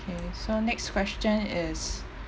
okay so next question is